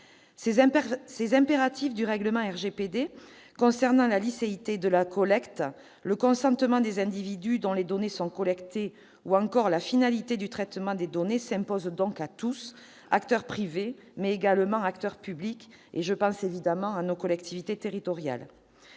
Ces impératifs du RGPD concernant la licéité de la collecte, le consentement des individus dont les données sont collectées, ou encore la finalité du traitement des données s'imposent donc à tous, acteurs privés, mais également acteurs publics ... Je pense évidemment à nos collectivités territoriales